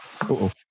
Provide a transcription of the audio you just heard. Cool